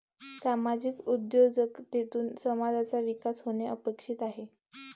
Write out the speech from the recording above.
सामाजिक उद्योजकतेतून समाजाचा विकास होणे अपेक्षित आहे